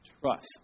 trust